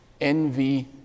envy